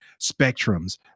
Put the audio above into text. spectrums